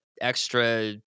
extra